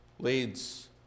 leads